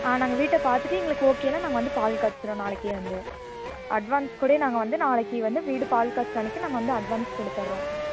ஆ நாங்கள் வீட்டை பார்த்துட்டு எங்களுக்கு ஓகேன்னா நாங்கள் வந்து பால் காய்ச்சிறோம் நாளைக்கு வந்து அட்வான்ஸ் கூட நாங்கள் வந்து நாளைக்கு வந்து வீடு பால் காய்ச்சிற அன்றைக்கி நாங்கள் வந்து அட்வான்ஸ் கொடுத்துர்றோம்